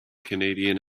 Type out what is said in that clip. canadian